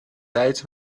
tijd